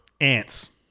Ants